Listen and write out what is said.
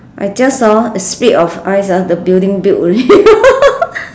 I just hor speed of eyes ah the building built already